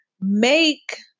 make